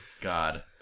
God